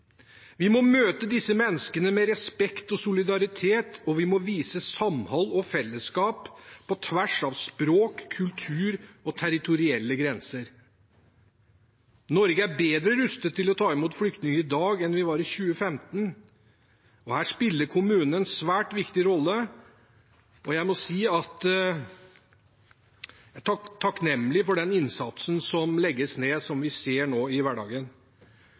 Vi må møte disse menneskene med respekt og solidaritet, og vi må vise samhold og fellesskap på tvers av språk, kultur og territorielle grenser. Norge er bedre rustet til å ta imot flyktninger i dag enn vi var i 2015. Her spiller kommunene en svært viktig rolle. Jeg må si at jeg er takknemlig for den innsatsen som legges ned, og som vi nå ser i hverdagen.